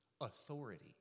authority